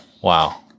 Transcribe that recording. Wow